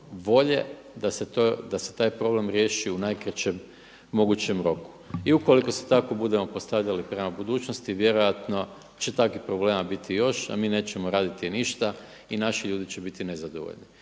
volje da se taj problem riješi u najkraćem mogućem roku. I ukoliko se tako budemo postavljali prema budućnosti vjerojatno će takvih problema biti još a mi nećemo raditi ništa i naši ljudi će biti nezadovoljni.